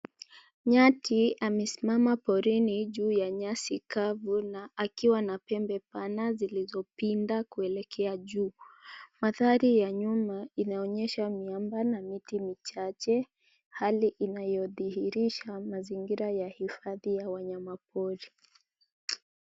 Nyati amesimama porini juu ya nyasi kafu na akiwa na pembe bana silisopinda kuelekea juu, mathari ya nyumba Inaonyesha miamba na miti michache hali inayotihirisha mazingira ya hifadhi ya wanyama pori